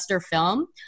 film